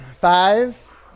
Five